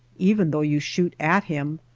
even though you shoot at him,